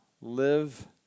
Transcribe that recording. live